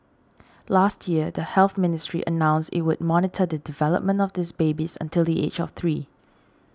last year the Health Ministry announced it would monitor the development of these babies until the age of three